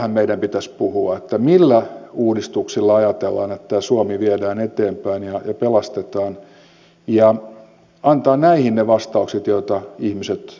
näistähän meidän pitäisi puhua millä uudistuksilla ajatellaan suomea vietävän eteenpäin ja pelastettavan ja antaa näihin ne vastaukset joita ihmiset odottavat